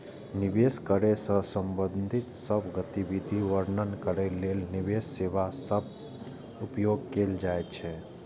निवेश करै सं संबंधित सब गतिविधि वर्णन करै लेल निवेश सेवा शब्दक उपयोग कैल जाइ छै